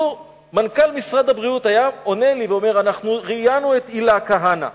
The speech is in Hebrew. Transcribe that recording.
לו מנכ"ל משרד הבריאות היה עונה לי ואומר: אנחנו ראיינו את הילה כהנא,